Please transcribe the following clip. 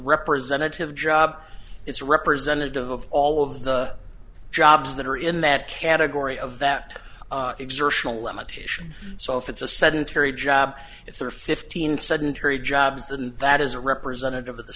representative job it's representative of all of the jobs that are in that category of that exertional limitation so if it's a sedentary job if there are fifteen sedentary jobs than that as a representative of the